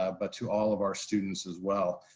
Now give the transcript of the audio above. ah but to all of our students as well.